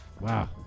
Wow